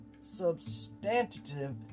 substantive